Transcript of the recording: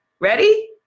ready